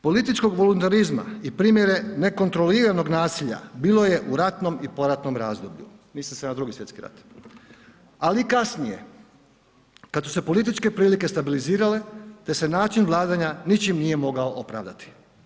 Političkog voluntarizma i primjere nekontroliranog nasilja bilo je u ratnom i poratnom razdoblju“, misli se na II. svjetski rat „ali i kasnije kada su se političke prilike stabilizirale te se način vladanja ničim nije mogao opravdati.